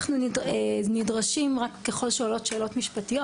אנחנו נדרשים ככל שעולות שאלות משפטיות,